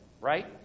right